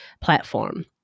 platform